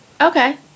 okay